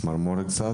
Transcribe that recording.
ועולה צמרמורת.